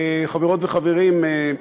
חברות וחברים,